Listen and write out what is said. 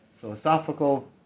philosophical